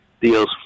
deals